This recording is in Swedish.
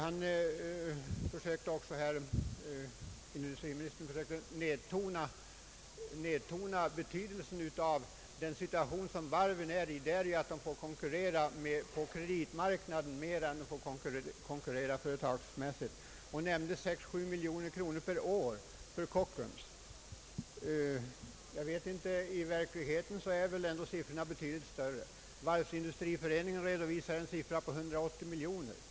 Industriministern försökte tona ned det besvärliga läge som varven i dag befinner sig i genom att de får konkurrera på kreditmarknaden. Statsrådet nämnde beloppet 6 å 7 miljoner kronor per år för Kockums del. Egentligen är väl beloppet avsevärt större. Varvsindustriföreningen redovisar ett belopp på 180 miljoner kronor.